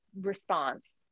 response